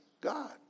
God